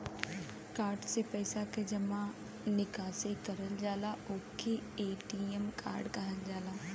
card से पइसा के जमा निकासी करल जाला ओके ए.टी.एम कार्ड कहल जाला